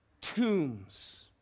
tombs